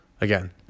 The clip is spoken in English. Again